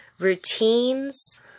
Routines